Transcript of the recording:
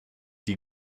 die